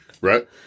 Right